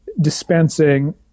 dispensing